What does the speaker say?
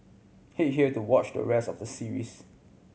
head here to watch the rest of the series